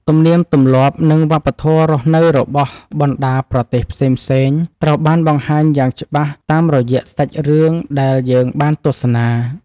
ទំនៀមទម្លាប់និងវប្បធម៌រស់នៅរបស់បណ្ដាប្រទេសផ្សេងៗត្រូវបានបង្ហាញយ៉ាងច្បាស់តាមរយៈសាច់រឿងដែលយើងបានទស្សនា។